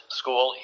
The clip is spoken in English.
school